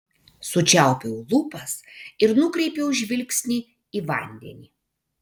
sučiaupiau lūpas ir nukreipiau žvilgsnį į vandenį